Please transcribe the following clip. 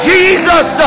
Jesus